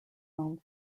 own